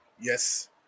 Yes